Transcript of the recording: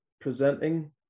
presenting